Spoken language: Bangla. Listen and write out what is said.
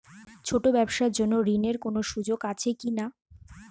ছোট ব্যবসার জন্য ঋণ এর কোন সুযোগ আছে কি না?